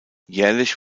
jährlich